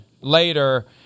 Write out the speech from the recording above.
later